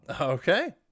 Okay